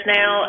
now